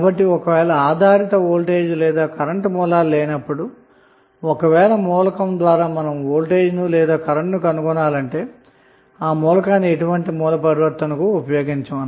కాబట్టి ఒకవేళ ఆధారితడిపెండెంట్ వోల్టేజ్ లేదా కరెంటు సోర్స్ లు లేనప్పుడు ఒకవేళ మనం మూలకం ద్వారావోల్టేజ్ను లేదా కరెంటు ను కనుగొనాలంటే ఆ సోర్స్ ను ఎటువంటి సోర్స్ ట్రాన్స్ఫర్మేషన్ కు ఉపయోగించము